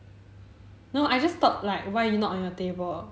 no I just thought like why you not on your table